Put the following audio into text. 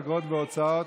אגרות והוצאות